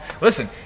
Listen